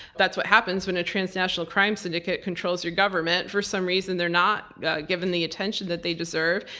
that's what happens when a transnational crime syndicate controls your government. for some reason, they're not given the attention that they deserve.